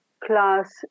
class